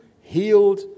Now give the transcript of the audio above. healed